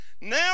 now